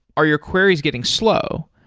are your queries getting slow?